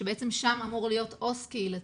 ששם אמור להיות עו"ס קהילתי,